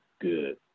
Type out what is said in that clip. Good